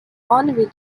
honorary